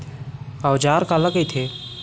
औजार काला कइथे?